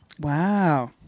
wow